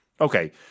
Okay